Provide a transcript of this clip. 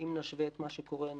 אם נשווה את מה שקורה היום,